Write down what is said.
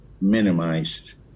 minimized